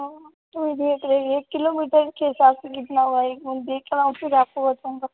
हाँ तो वही देख रही है एक किलोमीटर के हिसाब से कितना हुआ एक मिनट देख रहा हूँ फिर आपको बताऊँगा